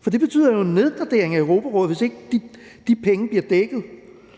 For det betyder jo en nedgradering af Europarådet, hvis ikke de penge bliver dækket,